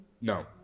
No